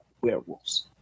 werewolves